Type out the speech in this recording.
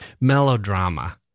Melodrama